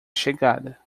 chegada